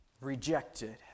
Rejected